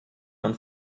und